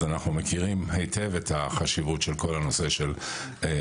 אז אנחנו מכירים היטב את החשיבות של כל הנושא של התרופות,